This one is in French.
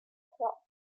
trois